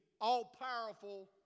all-powerful